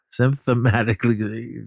Symptomatically